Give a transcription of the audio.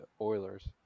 Oilers